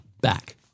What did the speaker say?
back